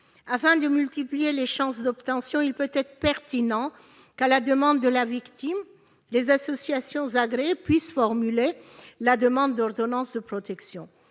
Afin de multiplier les chances d'obtention, il peut être pertinent que, à la demande de la victime, les associations agréées puissent formuler la demande d'ordonnance de protection.